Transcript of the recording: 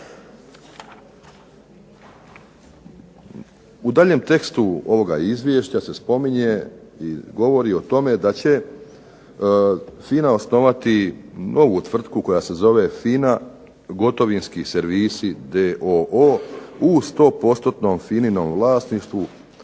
U daljem tekstu ovoga izvješća se spominje i govori o tome da će FINA osnovati novu tvrtku koja se zove "FINA gotovinski servisi" d.o.o. u 100%-nom FINA-om vlasništvu